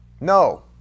No